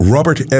Robert